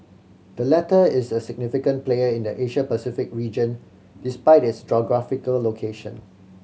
the latter is a significant player in the Asia Pacific region despite its geographical location